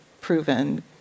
proven